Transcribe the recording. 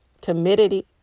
timidity